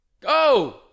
Go